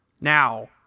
Now